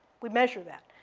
we measured that.